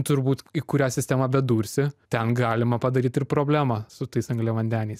turbūt į kurią sistemą bedursi ten galima padaryt ir problemą su tais angliavandeniais